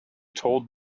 told